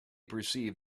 perceived